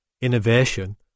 innovation